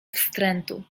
wstrętu